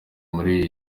muri